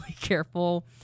careful